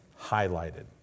highlighted